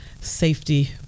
Safety